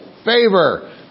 favor